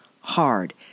hard